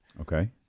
Okay